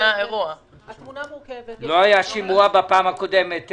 התמונה מורכבת -- לא היה שימוע בפעם הקודמת.